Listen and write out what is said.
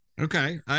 Okay